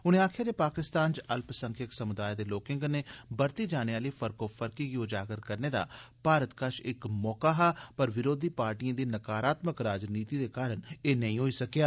उनें आक्खेआ जे पाकिस्तान च अल्पसंख्यक समुदाए दे लोकें कन्नै बरती जाने आली फरकोफरमी गी उजागर करने दा भारत कश इक मौका हा पर विरोधी पार्टिएं दी नकारात्मक राजनीति दे कारण एह् नेई होई सकेआ